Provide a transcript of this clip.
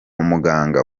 muganga